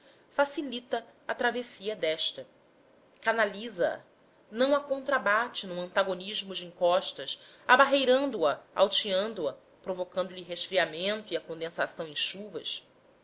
facilita a travessia desta canaliza a não a contrabate num antagonismo de encostas abarreirando a alteando a provocando lhe o resfriamento e a condensação em chuvas